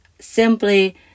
simply